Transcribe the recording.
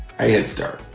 i hit start.